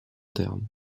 terme